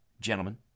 gentlemen